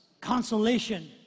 consolation